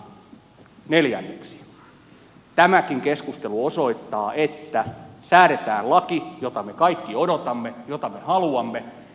ja neljänneksi tämäkin keskustelu osoittaa että säädetään laki jota me kaikki odotamme ja jota me haluamme